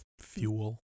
Fuel